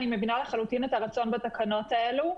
אני מבינה לחלוטין את הרצון בתקנות האלה,